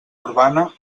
urbana